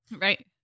Right